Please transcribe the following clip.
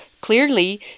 clearly